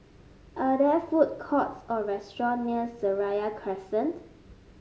are there food courts or restaurant near Seraya Crescent